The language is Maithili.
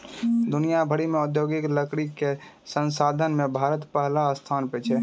दुनिया भर मॅ औद्योगिक लकड़ी कॅ संसाधन मॅ भारत पहलो स्थान पर छै